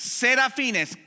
serafines